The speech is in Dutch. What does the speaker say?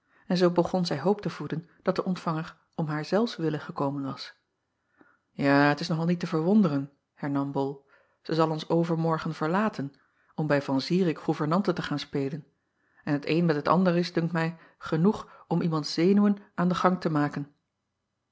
en zoo begon zij hoop te voeden dat de ontvanger om haar zelfs wille gekomen was a t is nog al niet te verwonderen hernam ol zij zal ons overmorgen verlaten om bij an irik goevernante te gaan spelen en t een met het ander is dunkt mij genoeg om iemands zenuwen aan den gang te maken